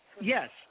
yes